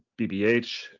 BBH